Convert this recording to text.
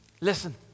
listen